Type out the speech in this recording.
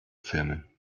filmen